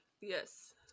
Yes